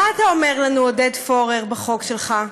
מה אתה אומר לנו, עודד פורר, בחוק שלך?